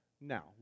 now